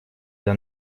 для